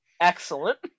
Excellent